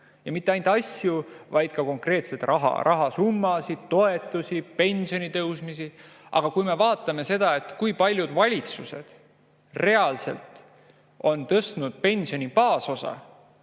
ja mitte ainult asju, vaid ka konkreetselt raha, rahasummasid, toetusi, pensionitõusu. Aga kui me vaatame seda, kui paljud valitsused reaalselt on tõstnud pensioni baasosa,